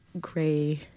gray